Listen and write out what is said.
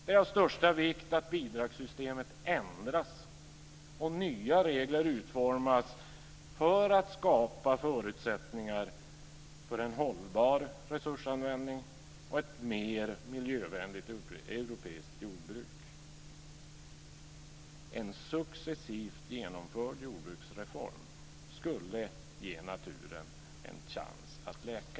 Det är av största vikt att bidragssystemet ändras och nya regler utformas för att skapa förutsättningar för en hållbar resursanvändning och ett mer miljövänligt europeiskt jordbruk. En successivt genomförd jordbruksreform skulle ge naturen en chans att läka.